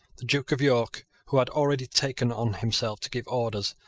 the duke of york, who had already taken on himself to give orders,